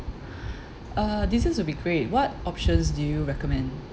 uh desserts will be great what options do you recommend